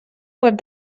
web